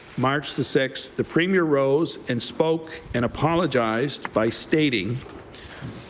march the six, the premier rose and spoke and apologized by stating